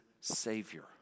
Savior